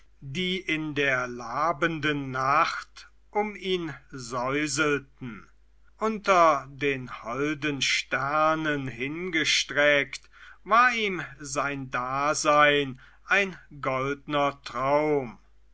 die in der labenden nacht um ihn säuselten unter den holden sternen hingestreckt war ihm sein dasein wie ein goldner traum